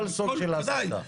כל סוג של הסתה.